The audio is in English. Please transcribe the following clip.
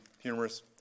humorous